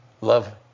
love